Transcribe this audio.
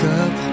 up